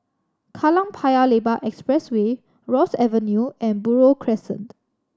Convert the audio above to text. Kallang Paya Lebar Expressway Ross Avenue and Buroh Crescent